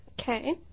Okay